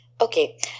Okay